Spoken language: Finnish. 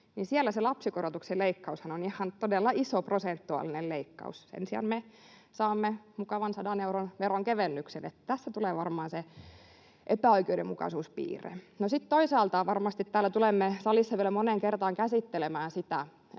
lapsikorotuksen leikkaushan on ihan todella iso prosentuaalinen leikkaus. Sen sijaan me saamme mukavan 100 euron veronkevennyksen. Tästä tulee varmaan se epäoikeudenmukaisuuden piirre. No, sitten toisaalta varmasti tulemme täällä salissa vielä moneen kertaan käsittelemään sitä,